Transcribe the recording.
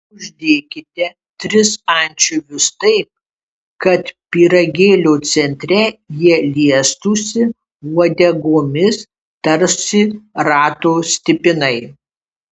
uždėkite tris ančiuvius taip kad pyragėlio centre jie liestųsi uodegomis tarsi rato stipinai